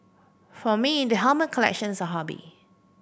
for me the helmet collection is a hobby